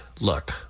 look